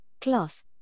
cloth